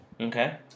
Okay